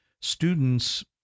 students